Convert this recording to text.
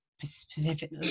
Specific